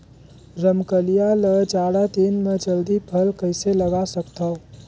रमकलिया ल जाड़ा दिन म जल्दी फल कइसे लगा सकथव?